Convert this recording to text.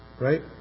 Right